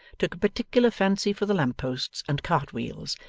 took a particular fancy for the lamp-posts and cart-wheels,